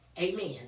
Amen